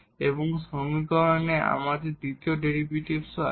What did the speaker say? এবং সমীকরণে আমাদের দ্বিতীয় ডেরিভেটিভও আছে